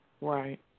Right